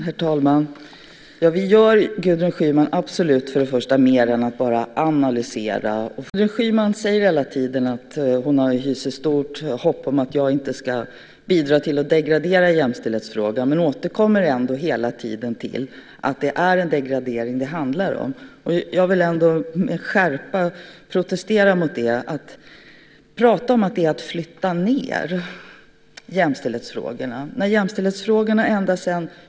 Herr talman! Gudrun Schyman säger hela tiden att hon hyser stort hopp om att jag inte ska bidra till att degradera jämställdhetsfrågorna. Men hon återkommer ändå hela tiden till att det är en degradering det handlar om. Jag vill med skärpa protestera mot det. Hon talar om att flytta ned jämställdhetsfrågorna.